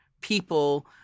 people